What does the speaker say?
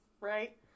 right